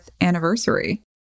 anniversary